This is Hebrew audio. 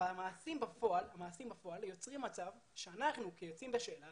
המעשים בפועל יוצרים מצב שאנחנו כיוצאים בשאלה